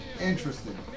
Interesting